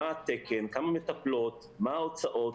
מה התקן, כמה מטפלות, מה ההוצאות.